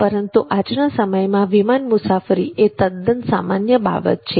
પરંતુ આજના સમયમાં વિમાન મુસાફરી એ તદ્દન સામાન્ય બાબત છે